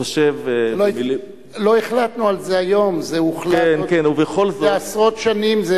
לא החלטנו על זה היום, זה הוחלט מזה עשרות שנים.